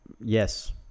Yes